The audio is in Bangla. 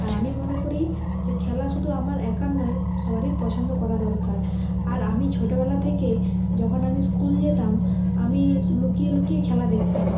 আর আমি মনে করি যে খেলা শুধু আমার একার নয় সবারই পছন্দ করা দরকার আর আমি ছোটোবেলা থেকে যখন আমি স্কুল যেতাম আমি লুকিয়ে লুকিয়ে খেলা দেখতাম